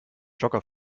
jogger